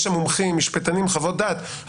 יש שם מומחים, משפטנים, חוות דעת.